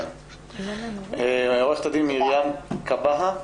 עורכת הדין מרים כהבא,